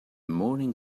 morning